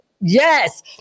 yes